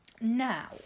Now